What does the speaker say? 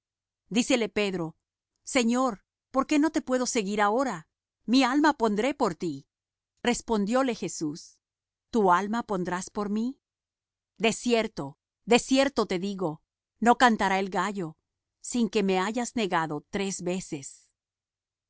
dícele pedro señor por qué no te puedo seguir ahora mi alma pondré por ti respondióle jesús tu alma pondrás por mí de cierto de cierto te digo no cantará el gallo sin que me hayas negado tres veces